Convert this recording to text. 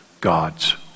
God's